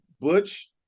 Butch